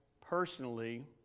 personally